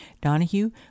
Donahue